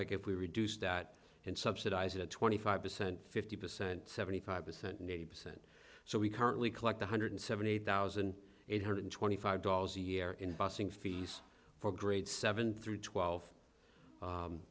like if we reduce that and subsidize it twenty five percent fifty percent seventy five percent and eighty percent so we currently collect one hundred seventy eight thousand eight hundred twenty five dollars a year in bussing fees for grades seven through twelve